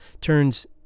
turns